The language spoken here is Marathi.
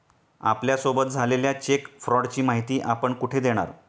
आपल्यासोबत झालेल्या चेक फ्रॉडची माहिती आपण कुठे देणार?